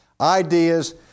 ideas